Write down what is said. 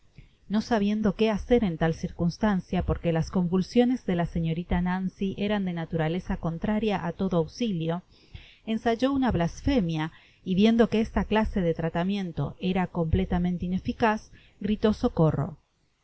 no sabiendo que hacer en tal circunstancia porque las convulsiones de la señorita nancy eran de naturaleza contraria á todo ausilio ensayó una blasfemia y viendo que esta clase de tratamiento era completamente ineficaz gritó socorro